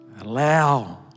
Allow